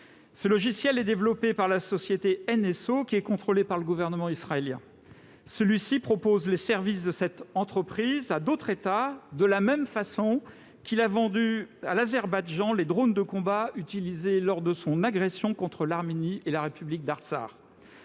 Ce logiciel est développé par la société NSO, qui est contrôlée par le gouvernement israélien. Celui-ci propose les services de cette entreprise à d'autres États, de la même façon qu'il a vendu à l'Azerbaïdjan les drones de combat utilisés lors de son agression contre l'Arménie et la République d'Artsakh.